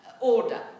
order